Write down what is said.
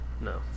No